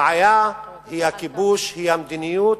הבעיה היא הכיבוש, היא המדיניות,